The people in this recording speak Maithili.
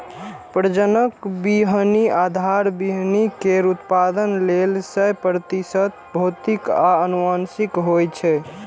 प्रजनक बीहनि आधार बीहनि केर उत्पादन लेल सय प्रतिशत भौतिक आ आनुवंशिक होइ छै